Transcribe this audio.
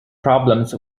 problems